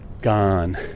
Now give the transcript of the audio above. gone